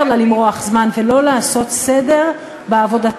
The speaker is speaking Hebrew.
לה למרוח זמן ולא לעשות סדר בעבודתה.